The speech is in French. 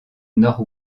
nord